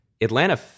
Atlanta